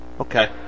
Okay